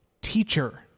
teacher